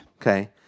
okay